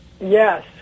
Yes